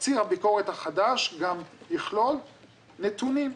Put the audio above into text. תקציר הביקורת החדש, גם יכלול נתונים.